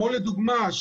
לדוגמה,